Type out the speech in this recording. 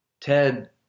Ted